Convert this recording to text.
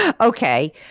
Okay